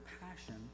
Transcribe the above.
passion